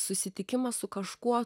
susitikimas su kažkuo